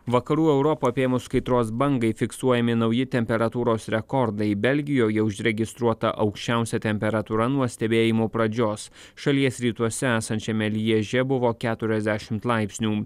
vakarų europą apėmus kaitros bangai fiksuojami nauji temperatūros rekordai belgijoje užregistruota aukščiausia temperatūra nuo stebėjimo pradžios šalies rytuose esančiame lježe buvo keturiasdešimt laipsnių